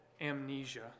amnesia